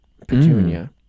Petunia